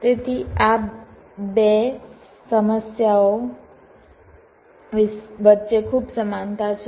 તેથી આ 2 સમસ્યાઓ વચ્ચે ખૂબ સમાનતા છે